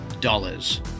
dollars